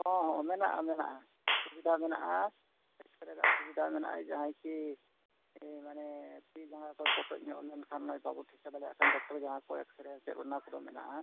ᱦᱮᱸ ᱦᱮᱸ ᱢᱮᱱᱟᱜᱼᱟ ᱢᱮᱱᱟᱜᱼᱟ ᱥᱩᱵᱤᱫᱟ ᱢᱮᱱᱟᱜᱼᱟ ᱮᱠᱥ ᱥᱮᱨᱮ ᱨᱮᱱᱟᱜ ᱚᱥᱩᱵᱤᱫᱟ ᱢᱮᱱᱟᱜᱼᱟ ᱡᱟᱦᱟᱸᱭ ᱠᱤ ᱢᱟᱱᱮ ᱛᱤ ᱡᱟᱜᱟ ᱠᱚᱭ ᱯᱚᱴᱚᱡ ᱧᱚᱜ ᱞᱮᱱᱠᱷᱟᱡ ᱚᱱᱮ ᱵᱟᱵᱚᱱ ᱴᱷᱤᱠᱟᱹ ᱫᱟᱲᱮᱭᱟᱜ ᱠᱟᱱᱟ ᱰᱚᱠᱴᱚᱨ ᱡᱟᱦᱟᱸ ᱠᱚ ᱮᱠᱥᱥᱮᱨᱮᱭᱟ ᱥᱮ ᱚᱱᱟ ᱠᱚᱫᱚ ᱢᱮᱱᱟᱜᱼᱟ